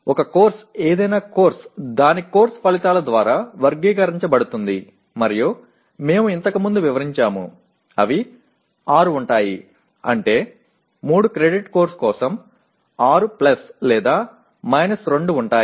ఒక కోర్సు ఏదైనా కోర్సు దాని కోర్సు ఫలితాల ద్వారా వర్గీకరించబడుతుంది మరియు మేము ఇంతకుముందు వివరించాము అవి 6 ఉంటాయి అంటే 3 క్రెడిట్ కోర్సు కోసం 6 ప్లస్ లేదా మైనస్ 2 ఉంటాయి